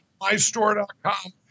mystore.com